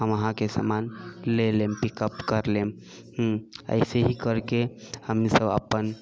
हम अहाँके समान ले लेब पिकअप कर लेब हँ ऐसे ही करके हमनी सब अपन